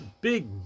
Big